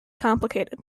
complicated